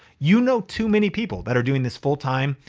you know too many people that are doing this full-time,